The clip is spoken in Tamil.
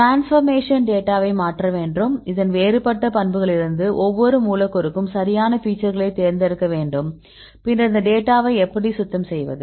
டிரான்ஸ்பர்மேஷன் டேட்டாவை மாற்ற வேண்டும் இதன் வேறுபட்ட பண்புகளிலிருந்து ஒவ்வொரு மூலக்கூறுக்கும் சரியான ஃபீச்சர்களை தேர்ந்தெடுக்க வேண்டும் பின்னர் இந்த டேட்டாவை எப்படி சுத்தம் செய்வது